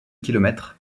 kilomètres